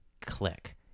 click